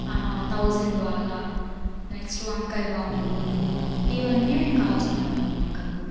thousand వాలా next వంకాయ బాంబులు ఇవన్నీ మేం కాల్చుకునే వాళ్ళం ఇంక అప్పుడు